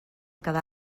quedar